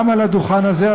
גם על הדוכן הזה,